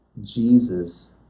Jesus